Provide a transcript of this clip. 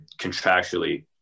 contractually